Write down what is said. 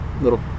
little